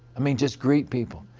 i mean, just greet people.